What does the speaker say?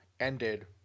ended